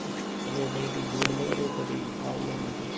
అవే నేటి దూడలే రేపటి ఆవులు అన్నట్టు